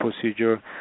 procedure